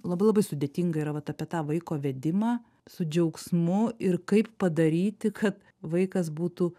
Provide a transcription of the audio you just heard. labai labai sudėtinga vat apie tą vaiko vedimą su džiaugsmu ir kaip padaryti kad vaikas būtų